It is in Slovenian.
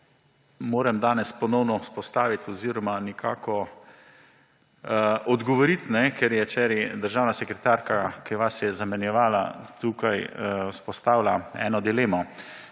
moram danes ponovno vzpostaviti oziroma nekako odgovoriti, ker je včeraj državna sekretarka, ki vas je zamenjevala tukaj, izpostavila eno dilemo.